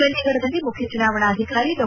ಚಂಡೀಗಢದಲ್ಲಿ ಮುಖ್ಯ ಚುನಾವಣಾಧಿಕಾರಿ ಡಾ